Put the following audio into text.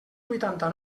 vuitanta